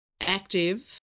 active